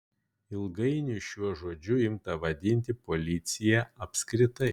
ilgainiui šiuo žodžiu imta vadinti policiją apskritai